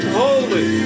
holy